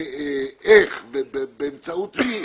וכך גם לגבי גילה.